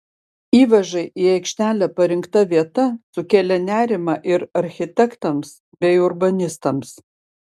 įvažai į aikštelę parinkta vieta sukėlė nerimą ir architektams bei urbanistams